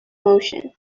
emotion